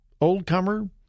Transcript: old-comer